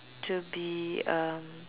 to be um